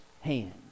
hand